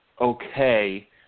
okay